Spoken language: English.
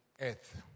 earth